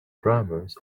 grammars